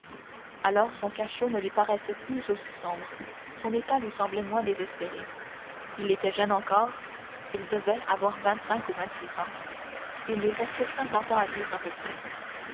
alors son cachot ne lui paraissait plus aussi sombre son état lui semblait moins désespéré il était jeune encore il devait avoir vingt-cinq ou vingt-six ans il lui restait cinquante ans à vivre à peu près